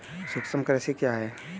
सूक्ष्म कृषि क्या है?